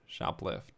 shoplift